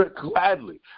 gladly